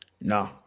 no